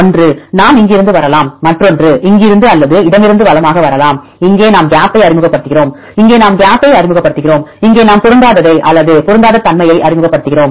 ஒன்று நாம் இங்கிருந்து வரலாம் மற்றொன்று இங்கிருந்து அல்லது இடமிருந்து வலமாக வரலாம் இங்கே நாம் கேப்பை அறிமுகப்படுத்துகிறோம் இங்கே நாம் கேப்பை அறிமுகப்படுத்துகிறோம் இங்கே நாம் பொருத்தத்தை அல்லது பொருந்தாத தன்மையை அறிமுகப்படுத்துகிறோம்